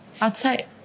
outside